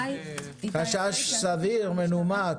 חשש סביר, מנומק.